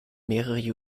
mehrere